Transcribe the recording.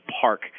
park